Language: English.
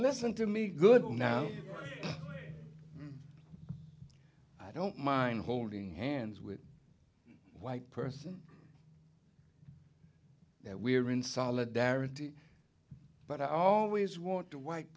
listen to me good will now i don't mind holding hands with a white person that we are in solidarity but i always want to white